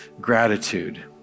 gratitude